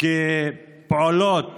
כפעולות